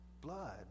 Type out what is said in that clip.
blood